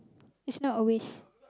is not a waste